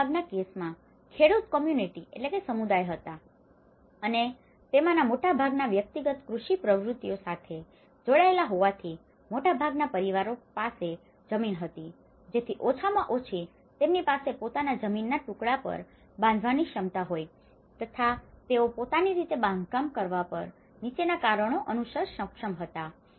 હવે મોટાભાગના કેસોમાં ખેડૂત કમ્યૂનિટી community સમુદાય હતા અને તેમાંના મોટાભાગના વ્યક્તિગત કૃષિ પ્રવૃત્તિઓ સાથે જોડાયેલા હોવાથી મોટાભાગના પરિવારો પાસે જમીન હતી જેથી ઓછામાં ઓછી તેમની પાસે પોતાના જમીનના ટુકડા પર બાંધવાની ક્ષમતા હોય તથા તોએ પોતાની રીતે બાંધકામ કરવા પણ નીચેના કારણો અનુસાર સક્ષમ હતા